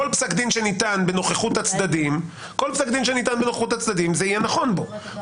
כל פסק דין שניתן בנוכחות הצדדים זה יהיה נכון בו;